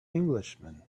englishman